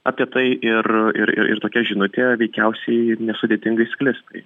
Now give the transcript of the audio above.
apie tai ir ir ir tokia žinutė veikiausiai nesudėtingai sklis tai